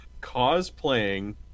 cosplaying